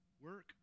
work